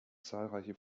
zahlreiche